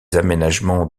aménagements